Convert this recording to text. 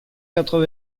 quatre